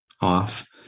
off